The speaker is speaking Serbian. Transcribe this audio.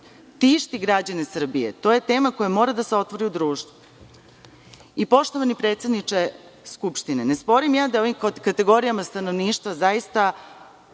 tišti građane Srbije. To je tema koja mora da se otvori u društvu. Poštovani predsedniče Skupštine, ne sporim ja da je ovim kategorijama stanovništva zaista